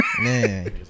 Man